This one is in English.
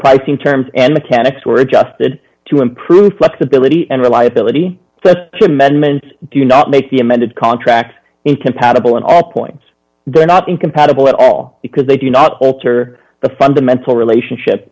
pricing terms and mechanics were adjusted to improve flexibility and reliability amendments do not make the amended contract incompatible an all points they're not incompatible at all because they do not alter the fundamental relationship